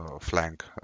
flank